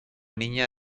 niña